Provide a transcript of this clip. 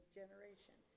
generation